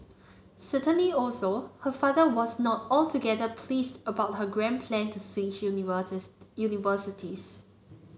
certainly also her father was not altogether pleased about her grand plan to switch universities